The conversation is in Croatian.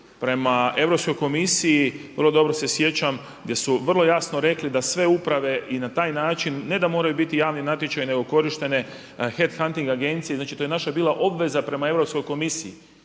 prema Europskoj komisiji, vrlo dobro se sjećam, gdje su vrlo jasno rekli da sve uprave i na taj način ne da moraju biti javni natječaj nego korištene headhunting agencije, znači to je naša bila obveza prema Europskoj komisiji.